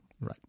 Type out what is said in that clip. Right